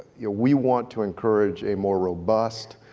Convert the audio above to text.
yeah we want to encourage a more robust